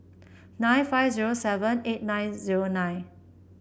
nine five zero seven eight nine zero nine